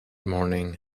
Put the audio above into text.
morning